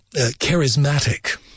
charismatic